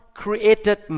created